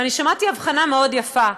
ואני שמעתי אבחנה מאוד יפה,